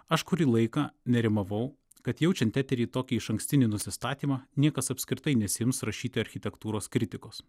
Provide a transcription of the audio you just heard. aš kurį laiką nerimavau kad jaučiant etery tokį išankstinį nusistatymą niekas apskritai nesiims rašyti architektūros kritikos